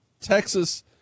Texas